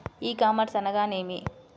ఈ కామర్స్ అనగానేమి?